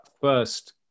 first